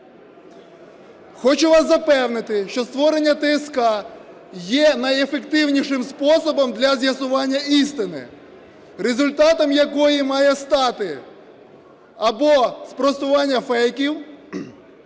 Хочу вас запевнити, що створення ТСК є найефективнішим способом для з'ясування істини, результатом якої має стати або спростування фейків,